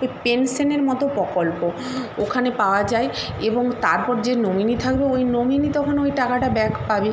ওই পেনশনের মতো প্রকল্প ওখানে পাওয়া যায় এবং তারপর যে নমিনি থাকবে ওই নমিনি তখন ওই টাকাটা ব্যাক পাবে